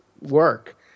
work